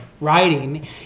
writing